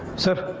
sir.